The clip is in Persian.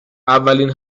اولین